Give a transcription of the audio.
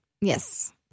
yes